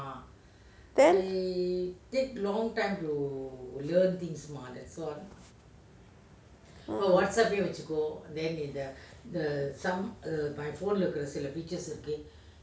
then oo